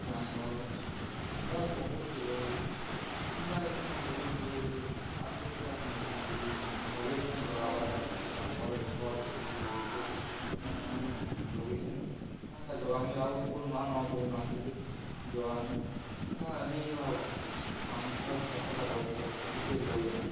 jam ଗଛ ହେନ୍ତା ବହୁତେ ଯୋଗେଇଚାଁ ହେନ୍ତା ହେନ୍ତା ବହୁତ ଯୋଗେଇଚେ ଆର୍ ବି ଏଟା ମଗେଇଚେ ନା ଜୋଗାବାର୍ ଲାଗି ଯେନ୍ତା ଫ୍ ଭଲ୍ ଫୁଲ୍ ମାନେ ଯୋଗେଇଚେଁ ଆଉ ଏନ୍ତା ଯୋଗାମି ଲ ଆଉ ଫୁ ନୂଆ ନୂ ପଡ଼ନାସୁଚେ ଯୋଗାମି ହେନ୍ତା ହେଇଯିବା ପାନ୍ ଛଅ ଛଅଶଟା କୁଛ ହେଇଯିବା ବହୁତେ ଲଗେଇଚାଁ